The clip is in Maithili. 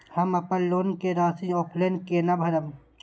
हम अपन लोन के राशि ऑफलाइन केना भरब?